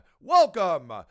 welcome